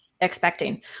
expecting